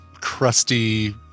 crusty